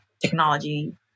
technology